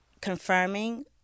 confirming